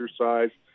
exercise